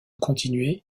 continuer